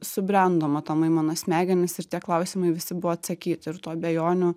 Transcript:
subrendo matomai mano smegenys ir tie klausimai visi buvo atsakyti ir tų abejonių